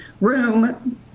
room